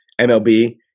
MLB